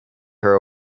her